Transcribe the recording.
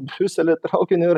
briusely traukiniu ir